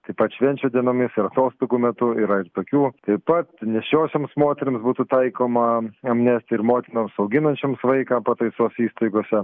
taip pat švenčių dienomis ir atostogų metu yra ir tokių taip pat nėščiosioms moterims būtų taikoma amnestija ir motinoms auginančioms vaiką pataisos įstaigose